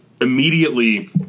immediately